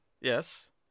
Yes